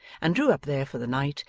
and drew up there for the night,